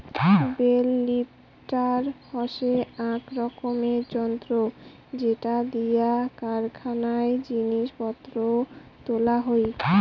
bell lifter হসে আক রকমের যন্ত্র যেটা দিয়া কারখানায় জিনিস পত্র তোলা হই